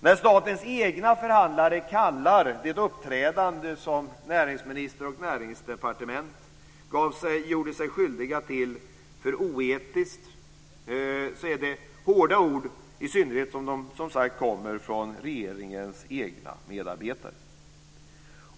När statens egna förhandlare kallar det uppträdande som näringsminister och näringsdepartement gjorde sig skyldiga till för oetiskt är det hårda ord, i synnerhet som de kommer från regeringens egna medarbetare.